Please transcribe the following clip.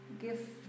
gift